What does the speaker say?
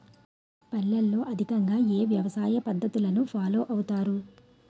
పల్లెల్లో అధికంగా ఏ వ్యవసాయ పద్ధతులను ఫాలో అవతారు?